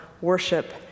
worship